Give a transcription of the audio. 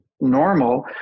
normal